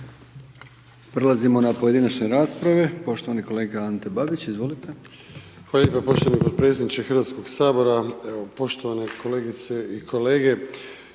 Prelazimo na pojedinačne rasprave, poštovane kolega Ante Babić. **Babić, Ante (HDZ)** Hvala lijepa poštovani potpredsjedniče Hrvatskog sabora. Evo poštovane kolegice i kolege,